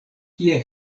kie